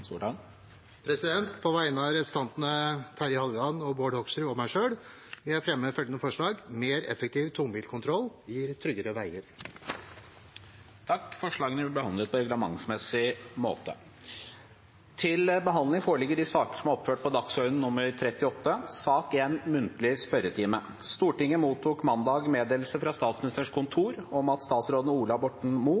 På vegne av representantene Terje Halleland, Bård Hoksrud og meg selv vil jeg fremme et forslag om en mer effektiv tungbilkontroll for tryggere veier. Forslagene vil bli behandlet på reglementsmessig måte. Stortinget mottok mandag meddelelse fra Statsministerens kontor om at statsrådene Ola Borten Moe, Bjørnar Skjæran og Odd Roger Enoksen vil møte til muntlig spørretime.